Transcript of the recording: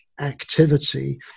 activity